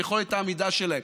על יכולת העמידה שלהם,